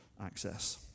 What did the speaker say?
access